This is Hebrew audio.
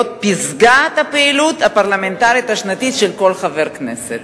פסגת הפעילות הפרלמנטרית השנתית של כל חבר כנסת.